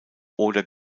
oder